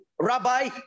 Rabbi